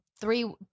three